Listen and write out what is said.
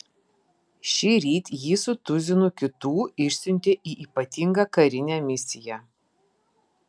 šįryt jį su tuzinu kitų išsiuntė į ypatingą karinę misiją